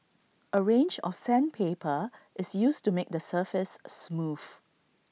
A range of sandpaper is used to make the surface smooth